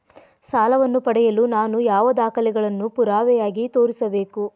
ಸಾಲವನ್ನು ಪಡೆಯಲು ನಾನು ಯಾವ ದಾಖಲೆಗಳನ್ನು ಪುರಾವೆಯಾಗಿ ತೋರಿಸಬೇಕು?